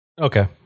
Okay